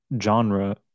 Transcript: genre